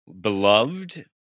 Beloved